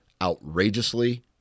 outrageously